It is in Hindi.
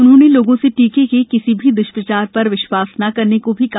उन्होंने लोगों से टीके के किसी भी दृष्प्रचार पर विश्वास न करने को भी कहा